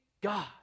God